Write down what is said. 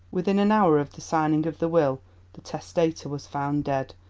within an hour of the signing of the will the testator was found dead,